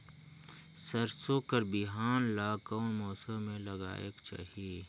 सरसो कर बिहान ला कोन मौसम मे लगायेक चाही?